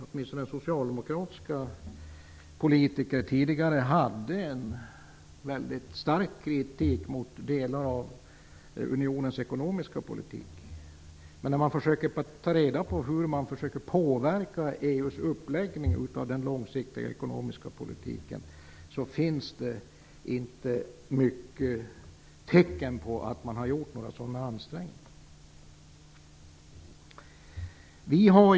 Åtminstone socialdemokratiska politiker hade tidigare väldigt stark kritik mot delar av unionens ekonomiska politik. Men när man försöker ta reda på hur försöken sker att påverka EU:s uppläggning av den långsiktiga ekonomiska politiken finns det inte många tecken på att några sådana ansträngningar gjorts.